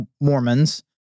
Mormons